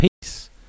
Peace